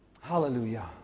Hallelujah